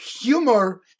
humor